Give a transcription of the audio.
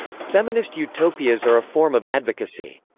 feminist utopias are a form of advocacy.